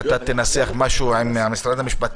שאתה תנסח משהו עם משרד המשפטים,